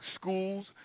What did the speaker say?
schools